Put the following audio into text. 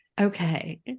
Okay